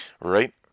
right